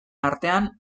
artean